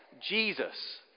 Jesus